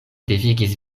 devigis